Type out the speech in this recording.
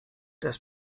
das